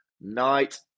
Night